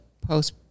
post